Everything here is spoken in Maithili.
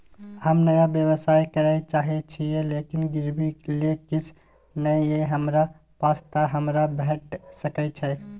हम नया व्यवसाय करै चाहे छिये लेकिन गिरवी ले किछ नय ये हमरा पास त हमरा भेट सकै छै?